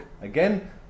again